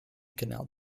canal